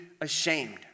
ashamed